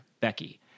Becky